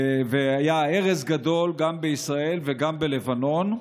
והיה הרס גדול גם בישראל וגם בלבנון.